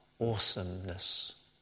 awesomeness